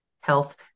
health